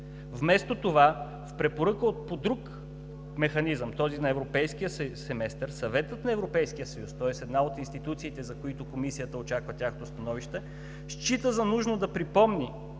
Вместо това, в препоръка по друг механизъм – този на Европейския семестър, Съветът на Европейския съюз, тоест една от институциите, за които Комисията очаква тяхното становище, счита за нужно да припомни